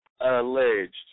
alleged